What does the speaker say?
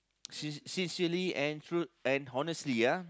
sincerely and truth and honestly